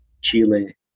Chile